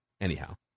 Anyhow